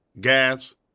gas